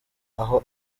aho